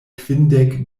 kvindek